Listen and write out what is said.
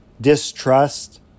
distrust